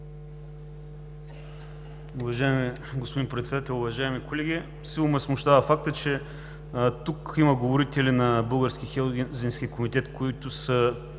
Уважаеми господин Председател, уважаеми колеги, силно ме смущава факта, че тук има говорители на Българския хелзинкски комитет, която